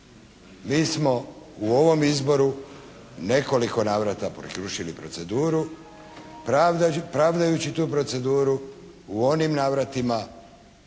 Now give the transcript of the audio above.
Mi smo u ovom izboru u nekoliko navrata prekršili proceduru, pravdajući tu proceduru u onim navratima